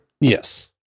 Yes